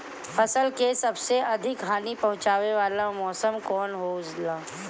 फसल के सबसे अधिक हानि पहुंचाने वाला मौसम कौन हो ला?